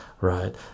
right